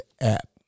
app